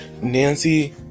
Nancy